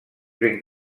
ben